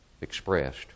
expressed